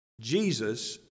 Jesus